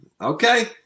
Okay